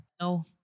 No